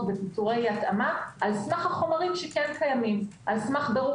בפיטורי התאמה על סמך החומרים שכן קיימים על סמך בירור